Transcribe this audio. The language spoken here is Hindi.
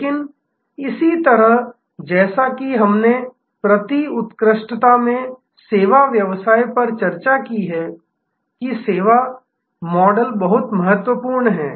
लेकिन इसी तरह जैसा कि हमने प्रति उत्कृष्टता में सेवा व्यवसाय पर चर्चा की है कि सेवा मॉडल बहुत महत्वपूर्ण है